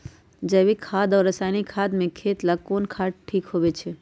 जैविक खाद और रासायनिक खाद में खेत ला कौन खाद ठीक होवैछे?